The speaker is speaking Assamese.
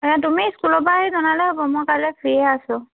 এহ তুমি স্কুলৰ পৰা আহি জনালে হ'ব মই কাইলে ফ্ৰীয়ে আছোঁ